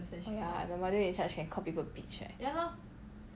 oh ya the module in-charge can call people bitch eh